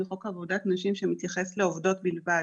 לחוק עבודת נשים שמתייחס לעובדות בלבד.